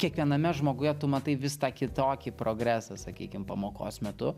kiekviename žmoguje tu matai vis tą kitokį progresą sakykim pamokos metu